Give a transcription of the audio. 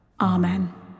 Amen